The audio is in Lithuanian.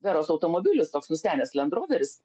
veros automobilis toks nustenęs land roveris